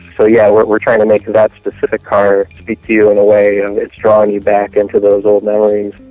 so yeah, we're we're trying to make that specific car speak to you in a way, and it's drawing you back into those old memories.